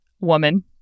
woman